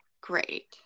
Great